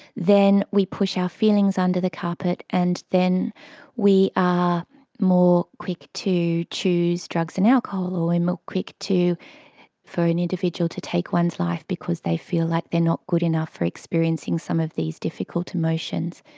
then we push our feelings under the carpet and then we are more quick to choose drugs and alcohol or and more quick for an individual to take one's life because they feel like they're not good enough for experiencing some of these difficult emotions.